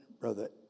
Brother